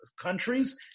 countries